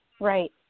Right